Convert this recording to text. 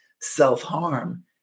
self-harm